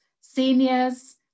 seniors